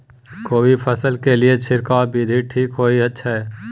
कोबी फसल के लिए छिरकाव विधी ठीक होय छै?